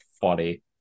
funny